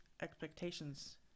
expectations